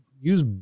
use